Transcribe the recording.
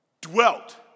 dwelt